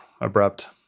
abrupt